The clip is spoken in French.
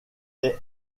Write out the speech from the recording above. est